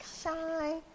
shy